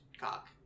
cock